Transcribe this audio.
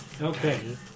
Okay